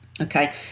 Okay